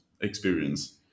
experience